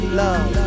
love